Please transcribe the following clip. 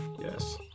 Yes